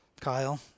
Kyle